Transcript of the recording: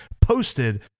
posted